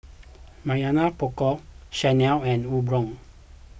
Mamy Poko Chanel and Umbro